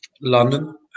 London